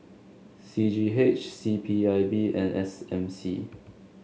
C G H C P I B and S M C